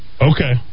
Okay